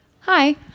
hi